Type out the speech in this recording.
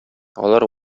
алар